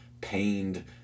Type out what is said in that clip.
pained